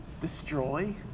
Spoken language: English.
Destroy